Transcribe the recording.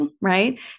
right